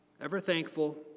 Ever-thankful